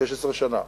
16 שנה,